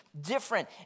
different